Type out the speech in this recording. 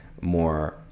more